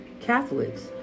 Catholics